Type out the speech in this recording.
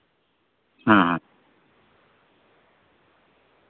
ᱦᱮᱸ